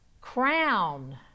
Crown